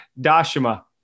Dashima